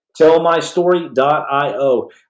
Tellmystory.io